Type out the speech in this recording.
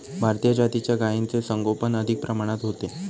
भारतीय जातीच्या गायींचे संगोपन अधिक प्रमाणात होते